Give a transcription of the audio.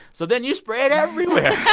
so then you spray it everywhere